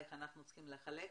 איך אנחנו צריכים לחלק,